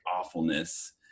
awfulness